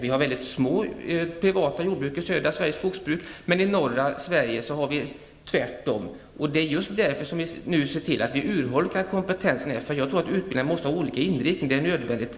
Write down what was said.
I södra Sverige finns små privata skogsjordbruk. I norra Sverige är det tvärtom. Det är just därför som kompetens urholkas. Det är nödvändigt med olika inriktning på utbildningarna.